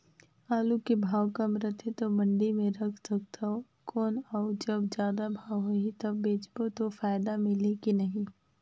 आलू के भाव कम रथे तो मंडी मे रख सकथव कौन अउ जब जादा भाव होही तब बेचबो तो फायदा मिलही की बनही?